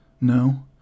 No